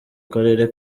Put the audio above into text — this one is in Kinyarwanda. karere